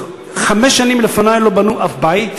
חמש שנים לפני לא בנו אף בית.